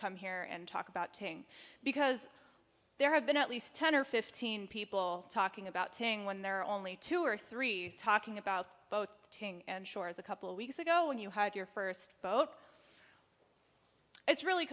come here and talk about taking because there have been at least ten or fifteen people talking about tng when there are only two or three talking about both and sure as a couple weeks ago when you had your first vote it's really